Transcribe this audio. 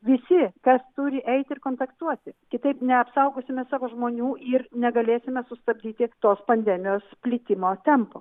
visi kas turi eiti ir kontaktuoti kitaip neapsaugosime savo žmonių ir negalėsime sustabdyt tiek tos pandemijos plitimo tempo